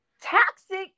toxic